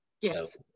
Yes